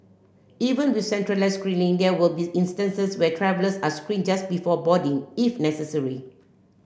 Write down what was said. even with centralised screening there will be instances where travellers are screened just before boarding if necessary